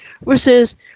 versus